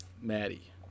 Maddie